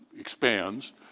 expands